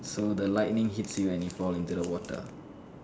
so the lightning hits you and you fall into the water